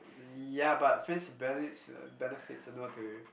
ya but friends with bene~ benefits are not to